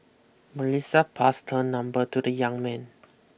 Melissa passed her number to the young man